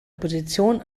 opposition